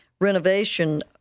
renovation